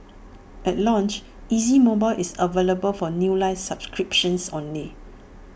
at launch easy mobile is available for new line subscriptions only